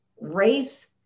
race